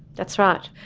that's right.